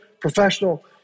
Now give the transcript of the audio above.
professional